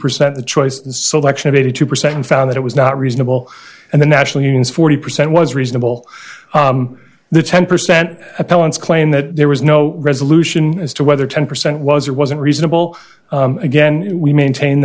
percent the choice selection of eighty two percent and found that it was not reasonable and the national unions forty percent was reasonable the ten percent appellants claim that there was no resolution as to whether ten percent was or wasn't reasonable again we maintain